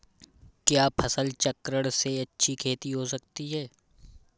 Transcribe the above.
क्या फसल चक्रण से अच्छी खेती हो सकती है?